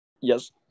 Yes